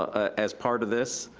ah as part of this.